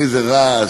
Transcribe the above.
איזה רעש,